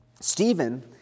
Stephen